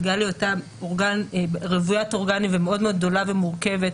בגלל היותה אורגן רוויית אורגנים ומאוד מאוד גדולה ומורכבת,